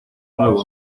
nuevo